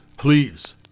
Please